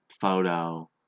photo